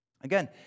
Again